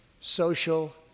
social